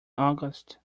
august